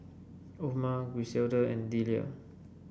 Oma Griselda and Delia